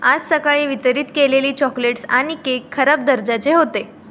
आज सकाळी वितरित केलेली चॉकलेट्स आणि केक खराब दर्जाचे होते